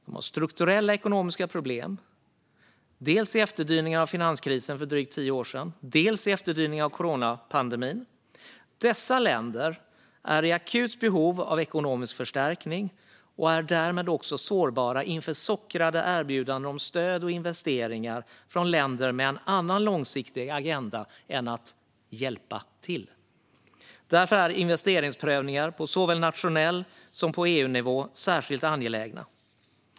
De har strukturella ekonomiska problem, dels i efterdyningarna av finanskrisen för drygt tio år sedan, dels i efterdyningarna av coronapandemin. Dessa länder är i akut behov av ekonomisk förstärkning och är därmed också sårbara inför sockrade erbjudanden om stöd och investeringar från länder med en annan långsiktig agenda än att "hjälpa till". Därför är investeringsprövningar på såväl nationell nivå som EU-nivå särskilt angelägna.